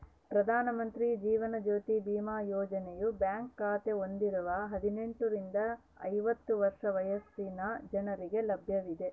ಪ್ರಧಾನ ಮಂತ್ರಿ ಜೀವನ ಜ್ಯೋತಿ ಬಿಮಾ ಯೋಜನೆಯು ಬ್ಯಾಂಕ್ ಖಾತೆ ಹೊಂದಿರುವ ಹದಿನೆಂಟುರಿಂದ ಐವತ್ತು ವರ್ಷ ವಯಸ್ಸಿನ ಜನರಿಗೆ ಲಭ್ಯವಿದೆ